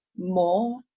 more